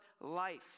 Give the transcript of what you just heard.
life